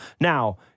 Now